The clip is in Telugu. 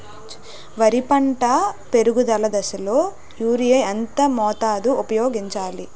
వరి పంట పెరుగుదల దశలో యూరియా ఎంత మోతాదు ఊపయోగించాలి?